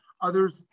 Others